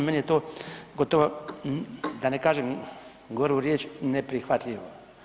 Meni je to gotovo da ne kažem goru riječ, neprihvatljivo.